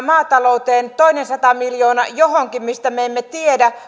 maatalouteen toinen sata miljoonaa johonkin mistä me emme tiedä